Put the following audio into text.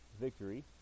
victory